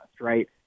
right